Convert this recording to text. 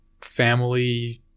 family